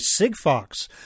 Sigfox